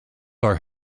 are